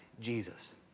Jesus